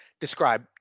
describe